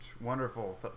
wonderful